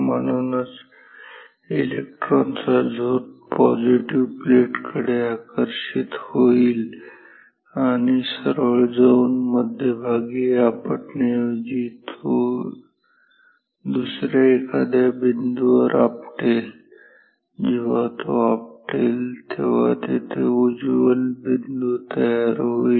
म्हणूनच इलेक्ट्रॉनचा झोत पॉझिटिव्ह प्लेट्सकडे आकर्षित होईल आणि सरळ जाऊन मध्यभागी आपटण्याऐवजी जेव्हा तो दुसर्या एखाद्या बिंदूवर आपटेल जेव्हा तो आपटेल तेव्हा इथे उज्ज्वल बिंदू तयार होईल